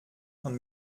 von